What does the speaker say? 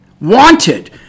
wanted